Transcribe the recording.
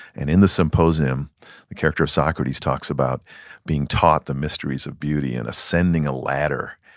and in the symposium the character of socrates talks about being taught the mysteries of beauty and ascending a ladder,